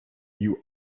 you